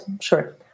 sure